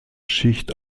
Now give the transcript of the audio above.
schicht